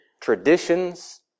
traditions